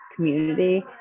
community